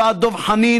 ועד דב חנין,